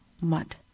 mud